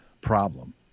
problem